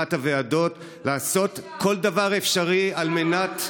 יצירת הוועדות, לעשות כל דבר אפשרי על מנת,